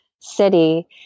city